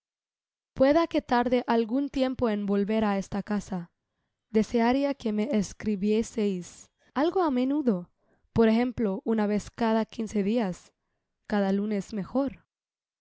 pueda que tarde algun tiempo en volver á esta casa desearia que me escribieseis algo amenudo por ejemplo una vez cada quince lias cada lunes mejor